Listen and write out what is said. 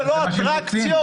גני שעשועים זה לא אטרקציות.